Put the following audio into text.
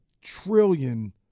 trillion